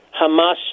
Hamas